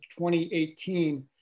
2018